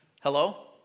Hello